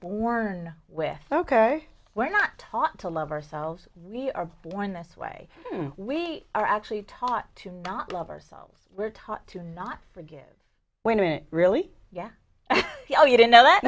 born with ok we're not taught to love ourselves we are born this way we are actually taught to not love ourselves we're taught to not forgive when it really yeah you know you don't know that